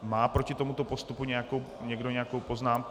Má proti tomuto postupu někdo nějakou poznámku?